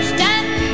Stand